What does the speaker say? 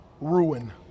ruin